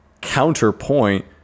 counterpoint